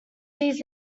these